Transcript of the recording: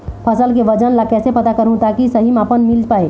फसल के वजन ला कैसे पता करहूं ताकि सही मापन मील पाए?